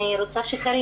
אני רוצה שח'יר אלבאז,